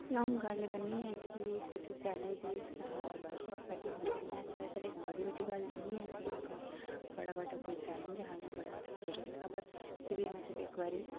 अं'ऊ गल्ल करनी आं कि कुसै चैलेंज दी तां इक बारी अं'ऊ मेरे कन्नै ऐसा होआ पर एह् बड़ी बड्डी गल्ल ते निं ऐ की अं'ऊ कोई बड़ा बड्डा कोई चैलेंज हा जां बड़ा बड्डा प्रोजेक्ट हा पर एह्बी मतलब इक बारी